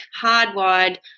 hardwired